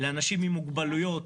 לאנשים עם מוגבלויות,